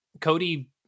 cody